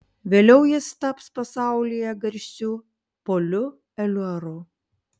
vėliau jis taps pasaulyje garsiu poliu eliuaru